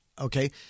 okay